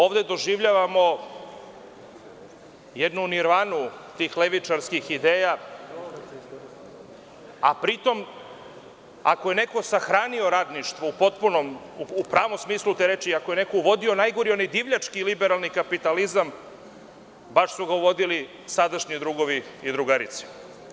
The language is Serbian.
Ovde doživljavamo jednu nirvanu tih levičarskih ideja, a pritom, ako je neko sahranio radništvo u potpunom, u pravnom smislu te reči, ako je neko vodio najgori, onaj divljački liberalni kapitalizam, baš su ga vodili sadašnji drugovi i drugarice.